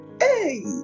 Hey